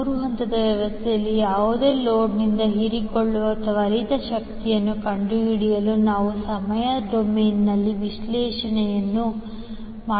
ಮೂರು ಹಂತದ ವ್ಯವಸ್ಥೆಯ ಯಾವುದೇ ಲೋಡ್ನಿಂದ ಹೀರಿಕೊಳ್ಳುವ ತ್ವರಿತ ಶಕ್ತಿಯನ್ನು ಕಂಡುಹಿಡಿಯಲು ನಾವು ಸಮಯ ಡೊಮೇನ್ನಲ್ಲಿ ವಿಶ್ಲೇಷಣೆಯನ್ನು ಮಾಡುತ್ತೇವೆ